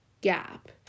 gap